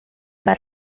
bat